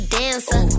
dancer